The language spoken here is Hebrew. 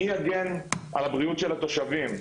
מי יגן על הבריאות של התושבים?